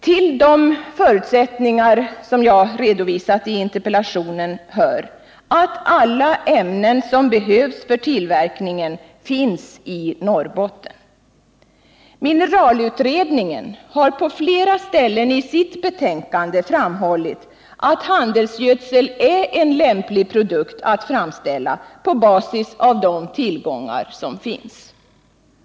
Till dessa förutsättningar hör att alla ämnen som behövs för tillverkningen finns i Norrbotten. Mineralutredningen har på flera ställen i sitt betänkande framhållit att handelsgödsel är en lämplig produkt att framställa på basis av de tillgångar som finns.